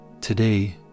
Today